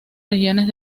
regiones